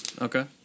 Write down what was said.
Okay